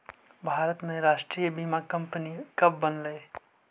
भारत में राष्ट्रीय बीमा कंपनी कब बनलइ?